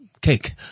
cake